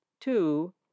two